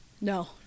No